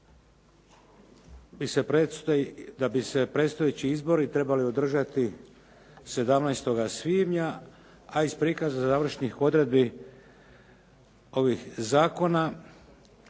da bi se predstojeći izbori trebali održati 17. svibnja a iz prikaza završnih odredbi ovih zakona